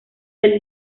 del